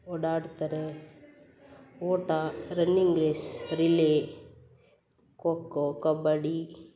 ಓಡಾಡ್ತಾರೆ ಓಟ running race relay kho kho kabaddi